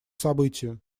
событию